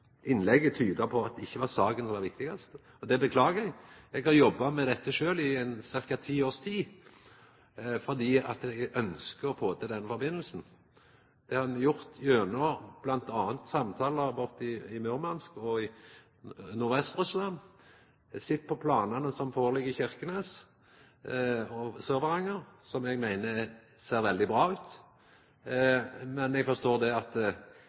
Innlegget tyder på at det ikkje er saka som er det viktigaste, og det beklagar eg. Eg har jobba med dette sjølv i ca. ti års tid, fordi eg ønskjer å få til det sambandet. Det har eg gjort bl.a. gjennom samtalar i Murmansk og i Nordvest-Russland, eg har sett på planane som ligg føre i Kirkenes og i Sør-Varanger, som eg meiner ser veldig bra ut. Men eg forstår at eigentleg kan eg berre gløyma alt dette, for det